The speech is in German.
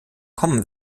kommen